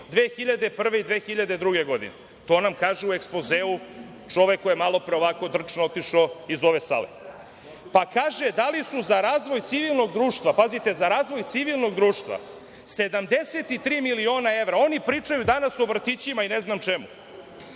2001. i 2002. godine. To nam kaže u ekspozeu čovek koji je malo pre ovako drčno otišao iz ove sale. Dalje kažu – dali su za razvoj civilnog društva 73 miliona evra. Oni pričaju danas o vrtićima i ne znam čemu.